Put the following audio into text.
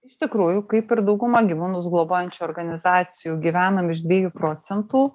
iš tikrųjų kaip ir dauguma gyvūnus globojančių organizacijų gyvenam iš dviejų procentų